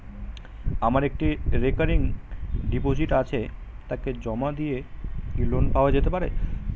আমার একটি recurring deposit আছে তাকে জমা দিয়ে কি লোন পাওয়া যেতে পারে?